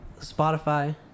Spotify